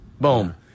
boom